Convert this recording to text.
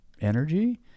energy